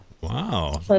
wow